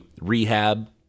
rehab